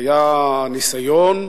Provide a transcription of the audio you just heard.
היה ניסיון,